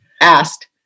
asked